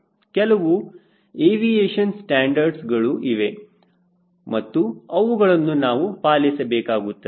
ಕೆಲವು ಎವಿಯೇಷನ್ ಸ್ಟ್ಯಾಂಡರ್ಡ್ಗಳು ಇವೆ ಮತ್ತು ಅವುಗಳನ್ನು ನಾವು ಪಾಲಿಸಬೇಕಾಗುತ್ತದೆ